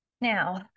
Now